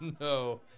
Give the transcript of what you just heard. no